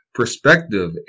perspective